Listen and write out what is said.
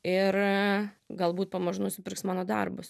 ir galbūt pamažu nusipirks mano darbus